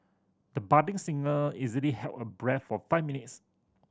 the budding singer easily held her breath for five minutes